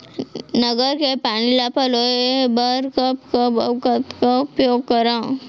नहर के पानी ल पलोय बर कब कब अऊ कतका उपयोग करंव?